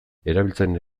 erabiltzen